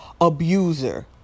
abuser